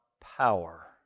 power